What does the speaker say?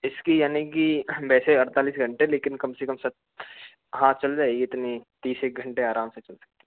इसकी यानि की वैसे अड़तालीस घंटे लेकिन कम से कम हाँ चल जाएगी इतनी तीस एक घंटे आराम से चल सकती